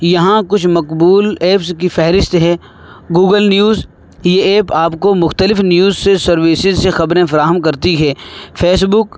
یہاں کچھ مقبول ایپس کی فہرست ہے گوگل نیوز یہ ایپ آپ کو مختلف نیوز سے سروسز سے خبریں فراہم کرتی ہے فیس بک